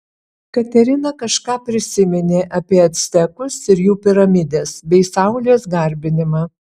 katerina kažką prisiminė apie actekus ir jų piramides bei saulės garbinimą